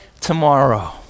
tomorrow